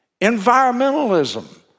environmentalism